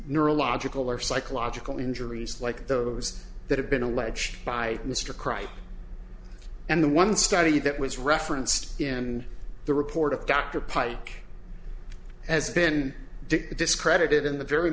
neurological or psychological injuries like those that have been alleged by mr cripe and the one study that was referenced in the report of dr pike as been discredited in the very